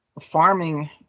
Farming